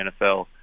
NFL